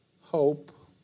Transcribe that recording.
hope